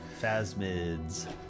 phasmids